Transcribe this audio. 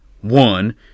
one